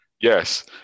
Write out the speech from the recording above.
Yes